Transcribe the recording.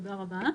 תודה רבה.